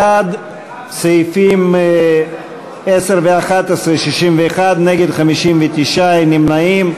בעד סעיפים 10 ו-11 61, נגד, 59, אין נמנעים.